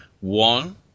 One